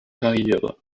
karriere